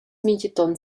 mintgaton